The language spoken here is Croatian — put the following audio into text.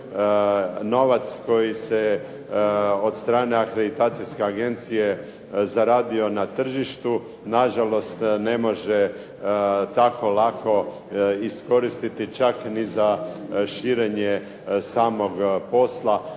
novac koji se od strane Akreditacijske agencije zaradio na tržištu na žalost ne može tako lako iskoristiti čak ni za širenje samog posla,